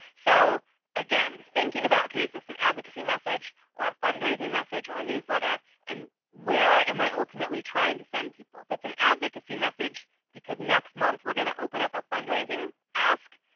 so again, thinking about, ok is this an advocacy message, or a fundraising message, or a newsletter? and where am i ultimately trying to send people? if it's an advocacy message because next month we're going to open up a fundraising ask,